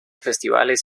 festivales